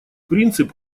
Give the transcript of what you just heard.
принцип